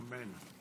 אמן.